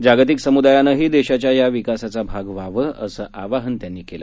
जागतिक समुदायानंही देशाच्या या विकासाचा भाग व्हावं असं आवाहनही त्यांनी केलं